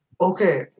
Okay